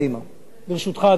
ברשותך, אדוני היושב-ראש.